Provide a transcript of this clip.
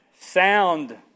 sound